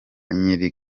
nyiri